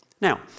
Now